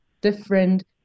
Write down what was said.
different